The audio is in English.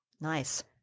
Nice